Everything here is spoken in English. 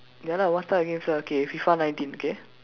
ya lah what type of games lah okay Fifa nineteen okay